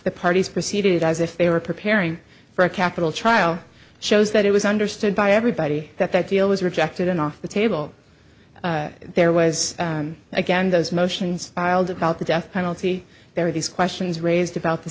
the parties proceeded as if they were preparing for a capital trial shows that it was understood by everybody that that deal was rejected and off the table there was again those motions filed about the death penalty there were these questions raised about the